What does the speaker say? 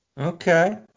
okay